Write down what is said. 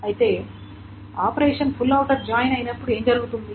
అయితే operation full outer join అయినప్పుడు ఏమి జరుగుతుంది